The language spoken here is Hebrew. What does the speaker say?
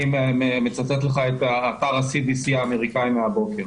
אני מצטט לך את para cdc האמריקני מהבוקר.